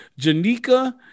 Janika